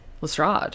Lestrade